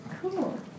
cool